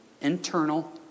internal